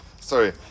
Sorry